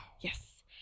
Yes